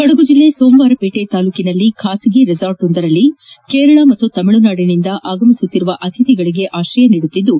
ಕೊಡಗು ಜಿಲ್ಲೆ ಸೋಮವಾರಪೇಟೆ ತಾಲ್ಡೂಕಿನಲ್ಲಿನ ಖಾಸಗಿ ರೆಸಾರ್ಟ್ವೊಂದರಲ್ಲಿ ಕೇರಳ ಮತ್ತು ತಮಿಳುನಾಡಿನಿಂದ ಆಗಮಿಸುತ್ತಿರುವ ಅತಿಥಿಗಳಿಗೆ ಆಶ್ರಯ ನೀಡುತ್ತಿದ್ಲು